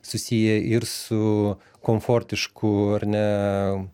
susiję ir su komfortišku ar ne